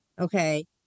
Okay